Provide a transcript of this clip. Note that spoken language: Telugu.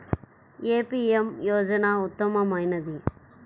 ఏ పీ.ఎం యోజన ఉత్తమమైనది?